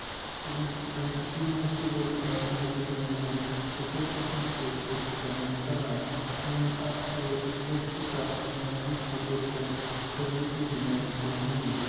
سٲنِس سانہِ کٔشیٖرِ منٛز چھِ واریاہ اوٚرگٔنایزیشن یِم زَن سَپوٹٕس کھیل کوٗد چھِ پراموٹ کران یِمو منز اکھ ساروی کھۄتہٕ بٔڑ چھِ تَتھ چھِ ونان youth sports and services Jammu and Kashmir